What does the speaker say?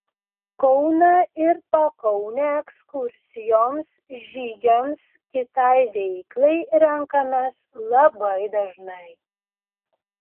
kauną ir pakaunę ekskursijoms žygiams kitai veiklai renkamės labai dažnai